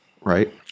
right